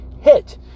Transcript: hit